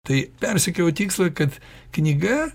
tai persiekiau į tikslą kad knyga